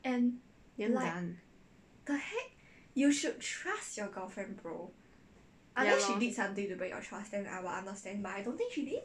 ya lor